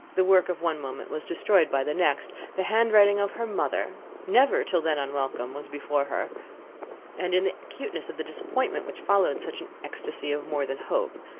the work of one moment was destroyed by the next. the hand writing of her mother, never till then unwelcome, was before her and, in the acuteness of the disappointment which followed such an ecstasy of more than hope,